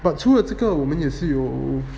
but to 除了这个我们也是有